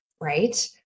right